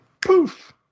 poof